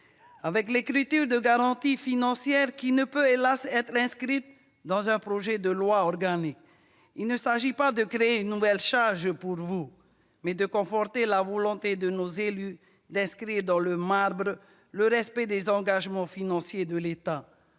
l'instauration de garanties financières qui ne peut, hélas, être inscrite dans un projet de loi organique. Il ne s'agit pas de créer une nouvelle charge pour vous, mais de conforter la volonté de nos élus d'inscrire dans le marbre le respect des engagements financiers de l'État.